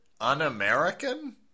Un-American